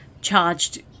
charged